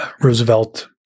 Roosevelt